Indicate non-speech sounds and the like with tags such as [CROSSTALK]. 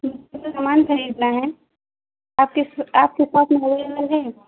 مجھے [UNINTELLIGIBLE] سامان خریدنا ہے آپ کے آپ کے پاس میں [UNINTELLIGIBLE] ہے